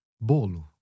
Bolo